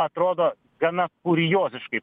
atrodo gana kurioziškai